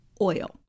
oil